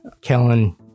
Kellen